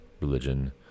religion